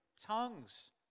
tongues